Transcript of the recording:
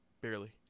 Barely